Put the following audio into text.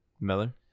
Miller